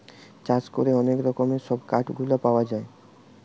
চাষ করে অনেক রকমের সব কাঠ গুলা পাওয়া যায়